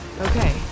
Okay